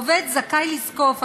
עובד זכאי לזקוף,